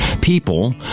People